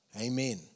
Amen